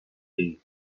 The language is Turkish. değil